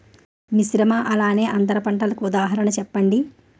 మిశ్రమ అలానే అంతర పంటలకు ఉదాహరణ చెప్పండి?